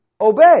obey